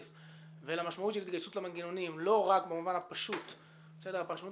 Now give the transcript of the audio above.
ולמשמעות של התגייסות למנגנונים - לא רק במובן הפשוט של הפרשנות